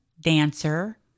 dancer